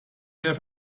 der